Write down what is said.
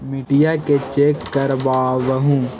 मिट्टीया के चेक करबाबहू?